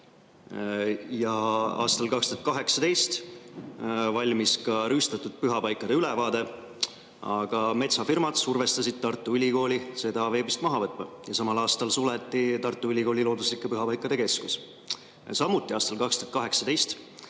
Aastal 2018 valmis rüüstatud pühapaikade ülevaade, aga metsafirmad survestasid Tartu Ülikooli seda veebist maha võtma. Samal aastal suleti Tartu Ülikooli looduslike pühapaikade keskus. Samuti võeti aastal 2018